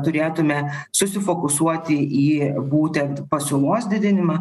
turėtume susifokusuoti į būtent pasiūlos didinimą